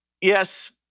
Yes